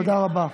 תודה רבה.